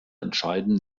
entscheiden